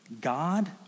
God